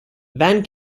van